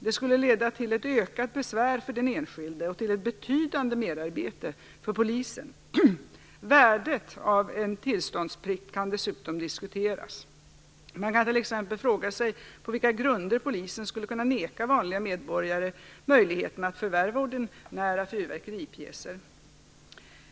Det skulle leda till ett ökat besvär för den enskilde och till ett betydande merarbete för polisen. Värdet av en tillståndsplikt kan dessutom diskuteras. Man kan t.ex. fråga sig på vilka grunder polisen skulle kunna neka vanliga medborgare möjligheten att förvärva ordinära fyrverkeripjäser.